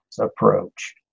approach